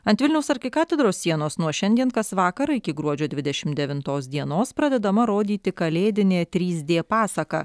ant vilniaus arkikatedros sienos nuo šiandien kas vakarą iki gruodžio dvidešimt devintos dienos pradedama rodyti kalėdinė trys dė pasaka